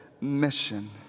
mission